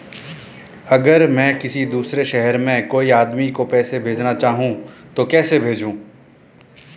अगर मैं किसी दूसरे शहर में कोई आदमी को पैसे भेजना चाहूँ तो कैसे भेजूँ?